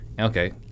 Okay